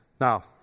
Now